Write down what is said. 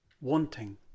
wanting